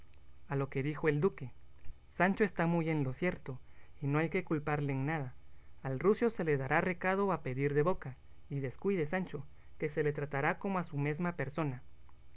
a lo que dijo el duque sancho está muy en lo cierto y no hay que culparle en nada al rucio se le dará recado a pedir de boca y descuide sancho que se le tratará como a su mesma persona